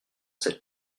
cette